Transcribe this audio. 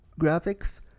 graphics